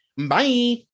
Bye